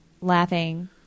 laughing